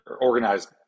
organized